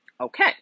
okay